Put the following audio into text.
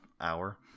hour